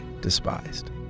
despised